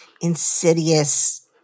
insidious